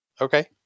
okay